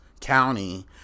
County